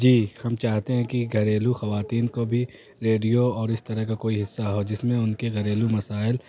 جی ہم چاہتے ہیں کہ گھریلو خواتین کو بھی ریڈیو اور اس طرح کا کوئی حصہ ہو جس میں ان کے گھریلو مسائل